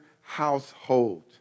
household